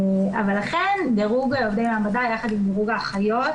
ולכן דירוג עובדי המעבדה יחד עם דירוג האחיות